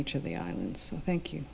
each of the islands thank you